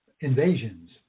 invasions